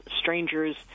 strangers